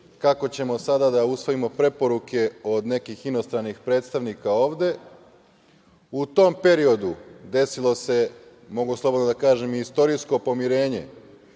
kako ćemo sada da usvojimo preporuke od nekih inostranih predstavnika ovde.U tom periodu desilo se, mogu slobodno da kažem i istorijsko pomirenje